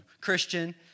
Christian